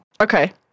Okay